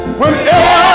whenever